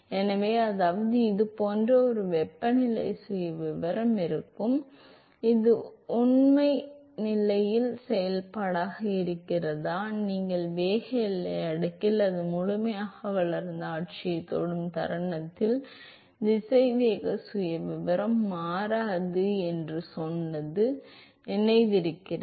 எனவே அதாவது இது போன்ற ஒரு வெப்பநிலை சுயவிவரம் இருக்கும் இது உண்மை நிலையின் செயல்பாடாக இருக்கிறதா நீங்கள் வேக எல்லை அடுக்கில் அது முழுமையாக வளர்ந்த ஆட்சியைத் தொடும் தருணத்தில் திசைவேக சுயவிவரம் மாறாது என்று சொன்னது உங்களுக்கு நினைவிருக்கிறது